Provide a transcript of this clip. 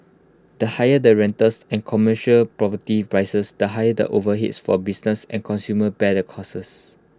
the higher the rentals and commercial property prices the higher the overheads for businesses and consumers bear the costs